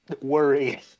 worry